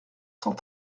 cent